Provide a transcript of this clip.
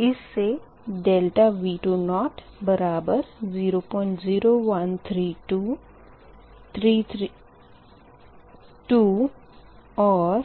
इस से ∆V20 बराबर 001332 और